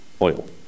oil